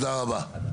תודה רבה.